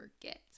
forget